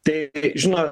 tai žino